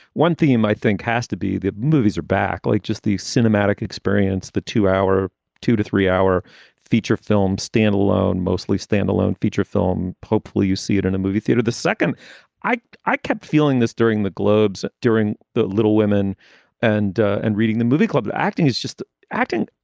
one theme i think has to be that movies are back like just the cinematic experience, the two hour two to three hour feature film standalone mostly standalone feature film hopefully you see it in a movie theater. the second i i kept feeling this during the globes during that little women and and reading the movie club, the acting is just acting.